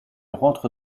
rentre